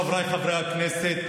חבריי חברי הכנסת,